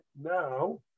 now